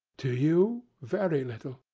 to you, very little.